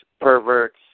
Perverts